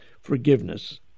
forgiveness